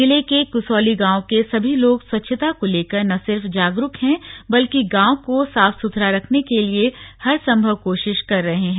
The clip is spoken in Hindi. जिले के कुसौली गांव के सभी लोग स्वच्छता को लेकर न सिर्फ जागरुक है बल्कि गांव को साफ सुथरा रखने के लिए हरसंभव कोशिश कर रहे हैं